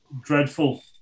dreadful